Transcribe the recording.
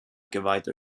geweihte